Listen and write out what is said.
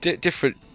different